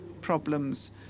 problems